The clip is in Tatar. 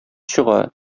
чыга